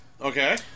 Okay